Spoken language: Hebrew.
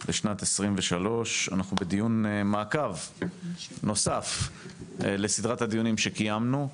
לשנת 2023. אנחנו בדיון מעקב נוסף לסדרת הדיונים שקיימנו.